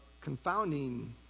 confounding